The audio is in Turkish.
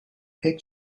pek